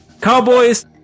Cowboys